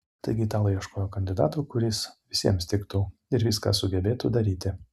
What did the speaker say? taigi italai ieškojo kandidato kuris visiems tiktų ir viską sugebėtų daryti